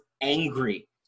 angry